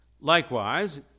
Likewise